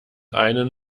einen